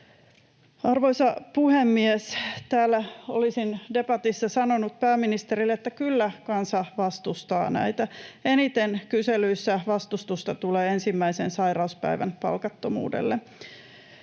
Arvoisa puhemies! Täällä olisin debatissa sanonut pääministerille, että kyllä kansa vastustaa näitä. Eniten kyselyissä vastustusta tulee ensimmäisen sairauspäivän palkattomuudelle.